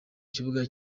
kibuga